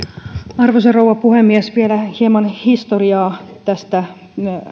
arvoisa rouva puhemies vielä hieman historiaa tästä